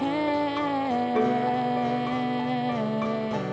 and